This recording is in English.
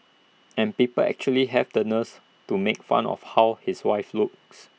and people actually have the nerves to make fun of how his wife looks